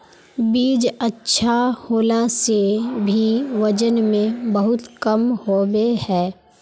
बीज अच्छा होला से भी वजन में बहुत कम होबे है?